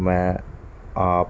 ਮੈਂ ਆਪ